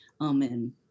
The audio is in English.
Amen